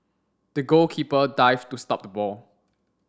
the goalkeeper dived to stop the ball